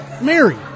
Mary